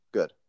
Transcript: Good